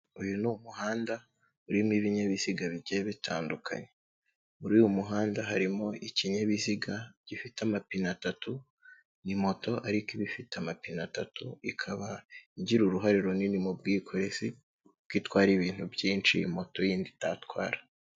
Uyu ni umuhanda urimo ibinyabiziga bigiye bitandukanye, muri uyu muhanda harimo ikinyabiziga gifite amapine atatu, ni moto ariko iba ifite amapine atatu, ikaba igira uruhare runini mu bwikorezi kuko itwara ibintu byinshi moto y'indi itatwara.